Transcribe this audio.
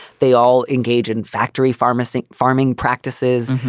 they all engage in factory pharmacy farming practices.